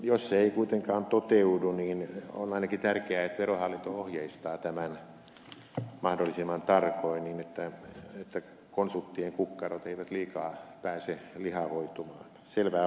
jos se ei kuitenkaan toteudu niin on ainakin tärkeää että verohallinto ohjeistaa tämän mahdollisimman tarkoin niin että konsulttien kukkarot eivät liikaa pääse lihomaan